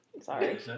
Sorry